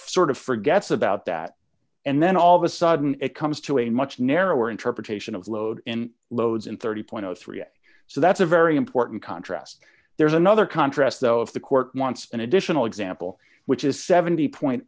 sort of forgets about that and then all of a sudden it comes to a much narrower interpretation of load in loads and thirty three so that's a very important contrast there's another contrast though if the court wants an additional example which is seventy